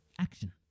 action